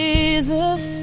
Jesus